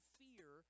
fear